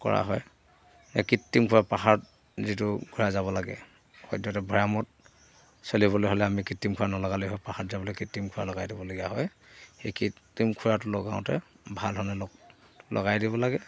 কৰা হয় এ কৃত্ৰিম খুৰা পাহাৰত যিটো ঘোঁৰা যাব লাগে সদ্যহতে ভৰামত চলিবলৈ হ'লে আমি কৃত্ৰিম খুৰা নলগালৈ পাহাৰত যাবলৈ কৃত্ৰিম খুৰা লগাই দিবলগীয়া হয় সেই কৃত্ৰিম খুৰাটো লগাওঁতে ভাল ধৰণে লগ লগাই দিব লাগে